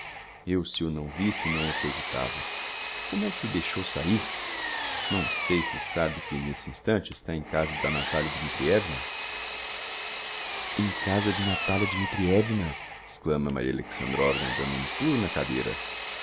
eu se o não visse não o acreditava como é que o deixou saír não sei se sabe que n'este instante está em casa da natalia dmitrievna em casa de natalia dmitrievna exclama maria alexandrovna dando um pulo na cadeira